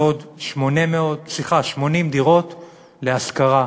ועוד 80 דירות להשכרה.